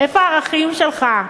איפה הערכים שלך?